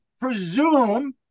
presume